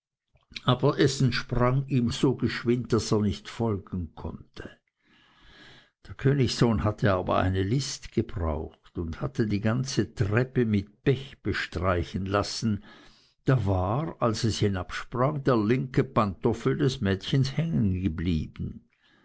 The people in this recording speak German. aber es entsprang ihm so geschwind daß er nicht folgen konnte der königssohn hatte aber eine list gebraucht und hatte die ganze treppe mit pech bestreichen lassen da war als es hinabsprang der linke pantoffel des mädchens